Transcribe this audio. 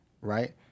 right